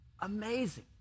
Amazing